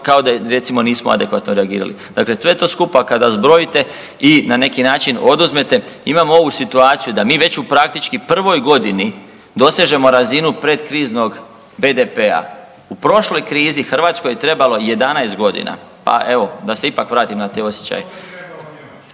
kao da recimo nismo adekvatno reagirali. Dakle, sve to skupa kada zbrojite i na neki način oduzmete imamo ovu situaciju da mi već u praktički prvoj godini dosežemo razinu predkriznog BDP-a. U prošloj krizi Hrvatskoj je trebalo 11 godina, pa evo da se ipak vratim na te osjećaje.